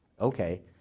okay